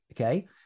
okay